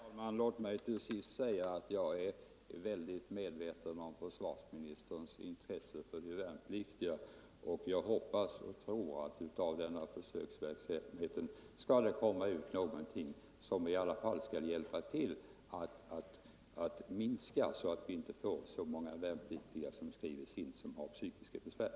heter att bereda Fru talman! Låt mig till sist säga att jag är medveten om försvarsnyutexaminerade ministerns intresse för de värnpliktiga, och jag hoppas och tror att denna juris kandidater försöksverksamhet skall leda till åtgärder som kan bidra till att minska tingsmeritering antalet inskrivna med psykiska besvär.